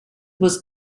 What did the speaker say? was